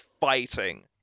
fighting